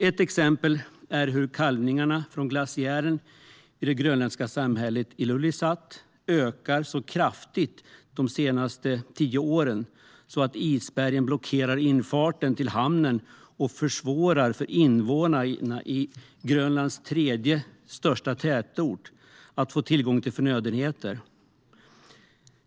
Ett exempel är hur kalvningarna från glaciären vid det grönländska samhället Ilulissat ökat så kraftigt de senaste tio åren att isbergen blockerar infarten till hamnen och försvårar för invånarna i Grönlands tredje största tätort att få tillgång till förnödenheter.